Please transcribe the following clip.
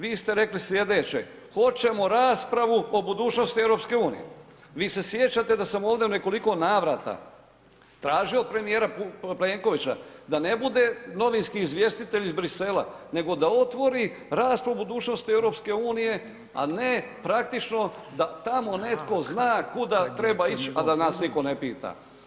Vi ste rekli slijedeće, hoćemo raspravu o budućnosti EU, vi se sjećate da sam ovdje u nekoliko navrata tražio premijera Plenkovića da ne bude novinski izvjestitelj iz Bruxellesa nego da otvori raspravu o budućnosti EU, a ne praktično da tamo netko zna kuda treba ići, a da nas nitko ne pita.